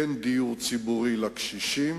כן דיור ציבורי לקשישים,